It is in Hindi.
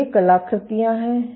तो ये कलाकृतियाँ हैं